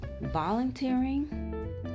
volunteering